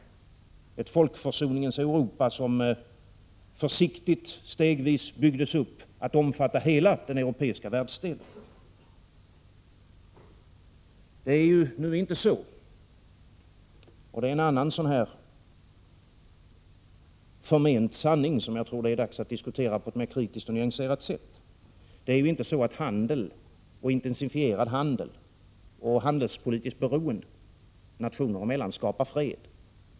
Det var ett folkförsoningens Europa som försiktigt, stegvis byggdes upp för att omfatta hela den europeiska världsdelen. Men det är ju inte så — och det är en annan förment sanning som jag tror att det nu är dags att diskutera på ett mera kritiskt och nyanserat sätt — att intensifierad handel och handelspolitiskt beroende nationer emellan skapar fred.